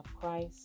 Christ